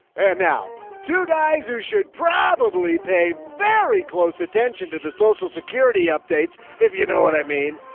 and now two guys who should probably pay very close attention to the social security updates. if you know what i mean?